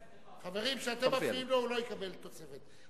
חברים, כשאתם מפריעים לו הוא לא יקבל תוספת.